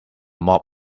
mob